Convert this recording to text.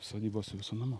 sodybą visu namu